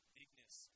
bigness